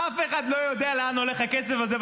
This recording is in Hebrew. אף אחד לא יודע לאן הולך הכסף הזה.